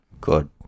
Good